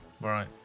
Right